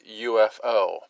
UFO